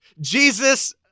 Jesus